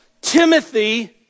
Timothy